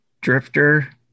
drifter